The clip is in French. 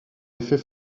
effet